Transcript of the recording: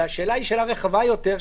והשאלה היא שאלה רחבה יותר,